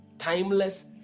Timeless